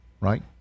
right